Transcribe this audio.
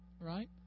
right